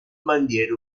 bandiere